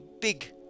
big